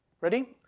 Ready